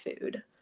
food